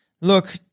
Look